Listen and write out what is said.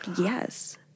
Yes